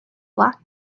black